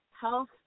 Health